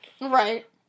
Right